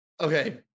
Okay